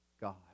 God